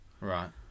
Right